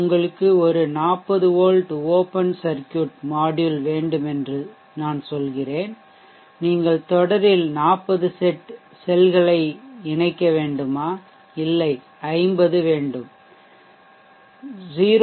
உங்களுக்கு ஒரு 40 volt open circuit module வேண்டும் என்று நான் சொல்கிறேன் நீங்கள் தொடரில் 40 செட் செல்கள் இணைக்க வேண்டுமா இல்லை 50 வேண்டும் 0